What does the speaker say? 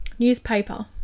newspaper